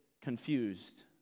confused